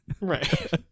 Right